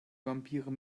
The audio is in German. vampire